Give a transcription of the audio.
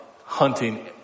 hunting